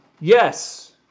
Yes